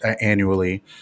annually